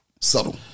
Subtle